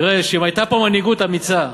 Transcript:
אם הייתה פה מנהיגות אמיצה,